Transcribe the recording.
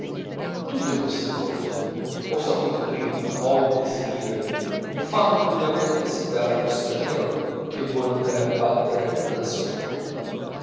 tutte queste cose o sapute prima o intese dire fanno lungamente esitar lo straniero che vuol andare a battere alla sua porta